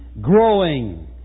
growing